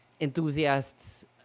enthusiasts